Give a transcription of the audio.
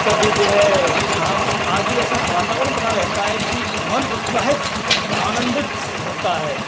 कभी जो है छाव आदि ऐसा वातावरण बना रहता है कि मन उत्साहित आनंदित रहता है